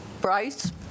Bryce